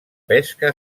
pesca